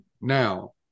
Now